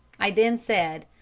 i then said,